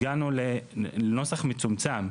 הגענו לנוסח מצומם.